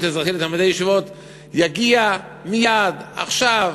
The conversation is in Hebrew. אזרחי של תלמידי ישיבות יגיע מייד עכשיו,